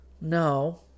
No